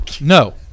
No